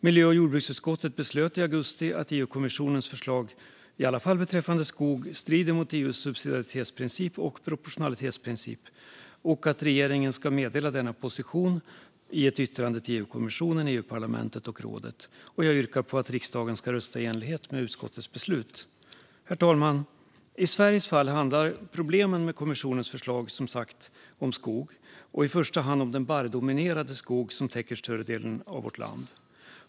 Miljö och jordbruksutskottet beslöt i augusti att EU-kommissionens förslag i alla fall beträffande skog strider mot EU:s subsidiaritetsprincip och proportionalitetsprincip och att regeringen ska meddela denna position i ett yttrande till EU-kommissionen, EU-parlamentet och rådet. Jag yrkar på att riksdagen ska rösta i enlighet med utskottets beslut. Herr talman! I Sveriges fall handlar problemen med kommissionens förslag om skogen, i första hand om den barrdominerade skog som täcker större delen av vårt land.